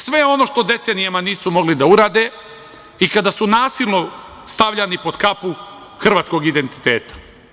Sve ono što decenijama nisu mogli da urade, i kada su nasilno stavljani pod kapu hrvatskog identiteta.